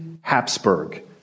Habsburg